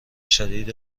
شدید